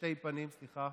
לשתי פנים, סליחה